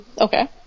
Okay